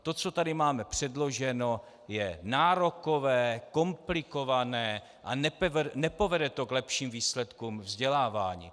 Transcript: To, co tady máme předloženo, je nárokové, komplikované a nepovede to k lepším výsledkům vzdělávání.